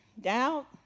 doubt